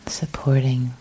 supporting